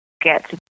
get